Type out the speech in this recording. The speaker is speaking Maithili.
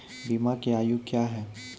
बीमा के आयु क्या हैं?